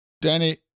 Danny